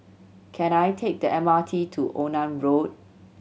can I take the M R T to Onan Road